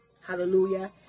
Hallelujah